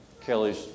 Kelly's